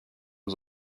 was